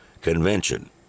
Convention